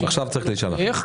היא צריכה להישלח עכשיו.